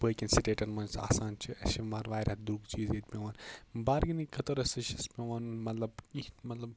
باقٮ۪ن سِٹیٹَن منٛز آسان چھِ اَسہِ چھِ مَگَر وارِیاہ درٛوگ چیز ییٚتہِ پیٚوان بارگینگ خٲطرٕ ہَسا چھِ اَسہِ پیٚوان مطلب کیٚنٛہہ مطلب